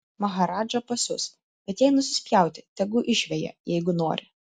maharadža pasius bet jai nusispjauti tegu išveja jeigu nori